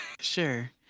Sure